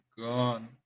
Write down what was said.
gone